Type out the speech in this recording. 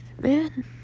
man